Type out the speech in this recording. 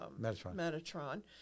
Metatron